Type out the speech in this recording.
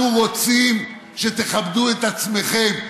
אנחנו רוצים שתכבדו את עצמכם.